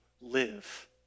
live